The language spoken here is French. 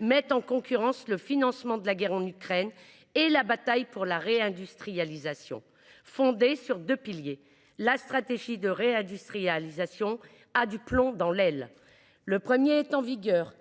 mettent en concurrence le financement de la guerre en Ukraine et la bataille pour la réindustrialisation. Fondée sur deux piliers, la stratégie de réindustrialisation a du plomb dans l’aile. Le premier d’entre eux,